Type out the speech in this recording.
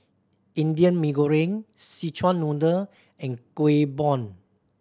Indian Mee Goreng Szechuan Noodle and Kueh Bom